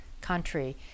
country